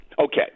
Okay